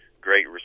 great